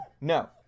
no